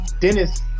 Dennis